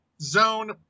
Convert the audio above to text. Zone